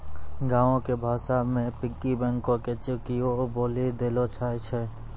गांवो के भाषा मे पिग्गी बैंको के चुकियो बोलि देलो जाय छै